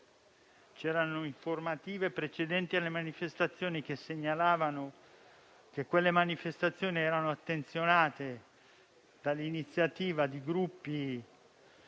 c'erano informative, precedenti alle manifestazioni, che segnalavano che quelle manifestazioni erano attenzionate dall'iniziativa di gruppi